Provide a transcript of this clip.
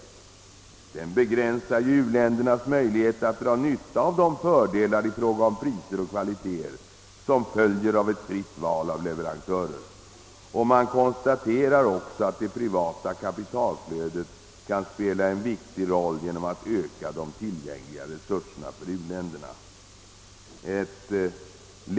Den begränsar ju u-ländernas möjlighet att dra nytta av de fördelar i fråga om priser och kvaliteter som följer av ett fritt val av leverantörer. Man konstaterar också att det privata kapitalflödet kan spela en viktig roll genom att öka de tillgängliga resurserna för u-länderna.